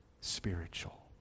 spiritual